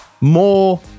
more